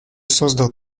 создал